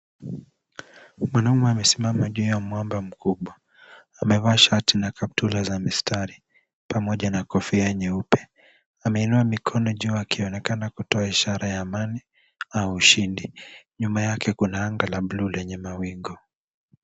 Mwanaume amesimama juu ya mwamba mkubwa amevaa shati na kaptula za mistari pamoja na kofia nyeupe ameinua mikono juu akionekana kutoa ishara ya amani au ushindi. Nyuma yake kuna anga la bluu lenye mawingu.